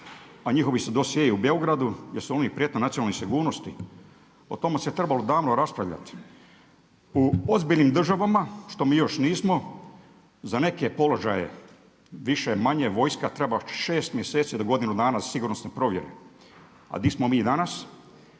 a njihovi su dosjei u Beogradu jer su oni prijetnja nacionalnoj sigurnosti. O tome se trebalo davno raspravljati. U ozbiljnim državama što mi još nismo za neke položaje više-manje vojska treba 6 mjeseci do godinu dana sigurnosne provjere a gdje smo mi danas,